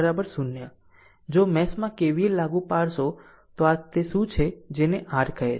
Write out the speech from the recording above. જો આ મેશ માં KVL લાગુ પાડશો તો આ તે શું છે જેને r કહે છે